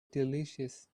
delicious